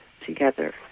together